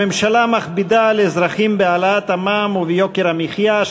הממשלה מכבידה על האזרחים בהעלאת המע"מ וביוקר המחיה,